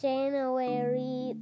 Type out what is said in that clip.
January